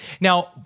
Now